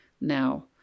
now